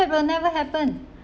that will never happen